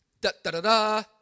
Da-da-da-da